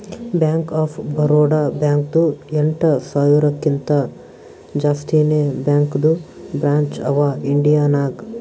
bank of Baroda ಬ್ಯಾಂಕ್ದು ಎಂಟ ಸಾವಿರಕಿಂತಾ ಜಾಸ್ತಿನೇ ಬ್ಯಾಂಕದು ಬ್ರ್ಯಾಂಚ್ ಅವಾ ಇಂಡಿಯಾ ನಾಗ್